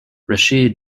rashid